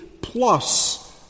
plus